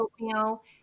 oatmeal